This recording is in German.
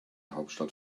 hauptstadt